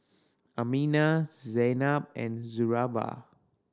Aminah Zaynab and Suraya